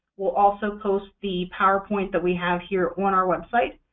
we'll also post the powerpoint that we have here on our website,